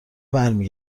برمی